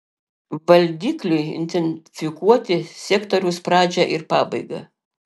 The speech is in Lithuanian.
valdikliui identifikuoti sektoriaus pradžią ir pabaigą